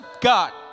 God